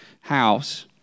house